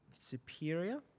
superior